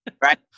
right